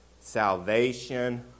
Salvation